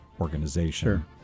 organization